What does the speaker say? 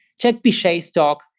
check pj's talk,